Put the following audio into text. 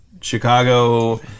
Chicago